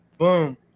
Boom